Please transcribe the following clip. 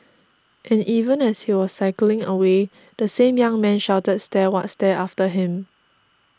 and even as he was cycling away the same young man shouted stare what stare after him